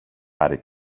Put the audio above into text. πάρε